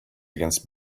against